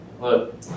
Look